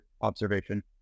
observation